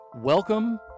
Welcome